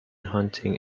hunting